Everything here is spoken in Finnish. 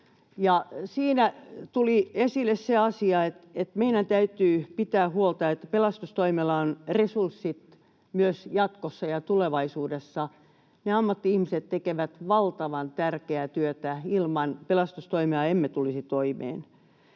siinä tuli esille se asia, että meidän täytyy pitää huolta, että pelastustoimella on resurssit myös jatkossa ja tulevaisuudessa. Ne ammatti-ihmiset tekevät valtavan tärkeää työtä: ilman pelastustoimea emme tulisi toimeen.